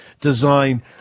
design